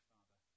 Father